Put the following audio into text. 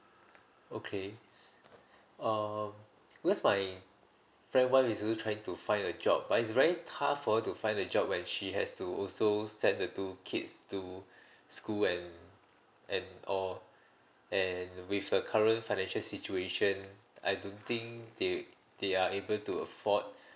okay uh just my friend's wife is trying to find a job but is very tough for her to find a job when she has to also send the two kids to school and and or and with the current financial situation I don't think they they are able to afford